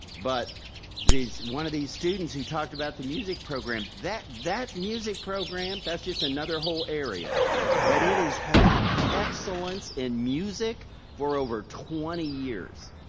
but one of these students who talked about the music program, that that music program that's just another whole area but it is had excellence in music for over twenty years.